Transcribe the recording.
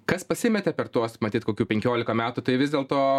kas pasimetė per tuos matyt kokių penkiolika metų tai vis dėlto